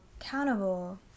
accountable